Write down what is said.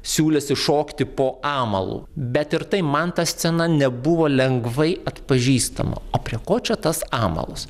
siūlėsi šokti po amalu bet ir tai man ta scena nebuvo lengvai atpažįstama o prie ko čia tas amalas